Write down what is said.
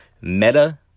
meta